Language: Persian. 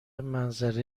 منظره